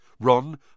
Ron